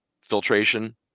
filtration